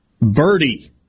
birdie